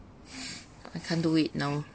I can't do it now